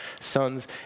sons